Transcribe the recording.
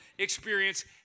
experience